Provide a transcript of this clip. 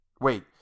Wait